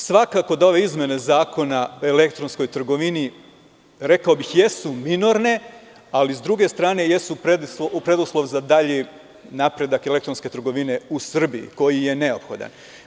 Svakako da ove izmene Zakona o elektronskoj trgovini, rekao bih, jesu minorne, ali sa druge strane jesu preduslov za dalji napredak elektronske trgovine u Srbiji, koji je neophodan.